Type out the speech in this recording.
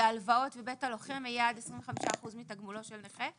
שהלוואות ובית הלוחם יהיו עד 25% מתגמולו של נכה?